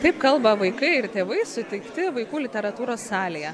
taip kalba vaikai ir tėvai sutikti vaikų literatūros salėje